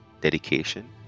dedication